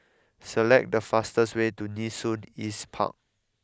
select the fastest way to Nee Soon East Park